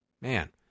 Man